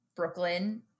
brooklyn